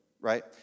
right